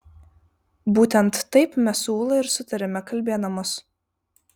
būtent taip mes su ūla ir sutariame kalbėdamos